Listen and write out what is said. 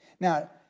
Now